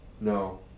no